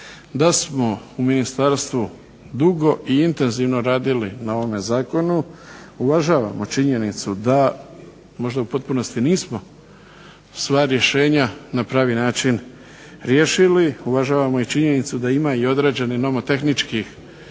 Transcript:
da smo u ministarstvu dugo i intenzivno radili na ovome zakonu. Uvažavamo činjenicu da možda u potpunosti nismo sva rješenja na pravi način riješili, uvažavamo i činjenicu da ima i određenih nomotehničkih